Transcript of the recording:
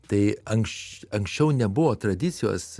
tai ankš anksčiau nebuvo tradicijos